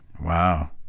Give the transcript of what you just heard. Wow